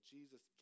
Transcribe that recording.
Jesus